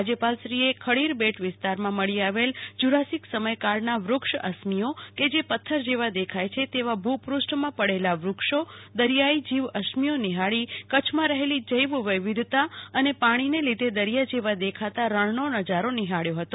રાજ્યપાલશ્રીએ ખદીર બેટ વિસ્તારમાં મળી આવેલા જુરાસિક સમય કાળના વૃક્ષઅસ્મિઓ કે જે પથ્થર જેવા દેખાય છે તેવા ભૂપૃષ્ઠમા પડેલા વૃક્ષો દરિયાઈ જીવ અસ્મિઓ નિહાળી કચ્છમાં રહેલી જૈવ વિવિધતા અને પાણીને લીધે દરિયા જેવા દેખાતા રણનો નજારો નિહાળ્યો હતો